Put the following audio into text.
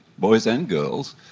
boys and girls,